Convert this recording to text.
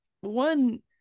one